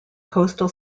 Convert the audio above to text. coastal